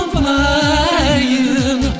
flying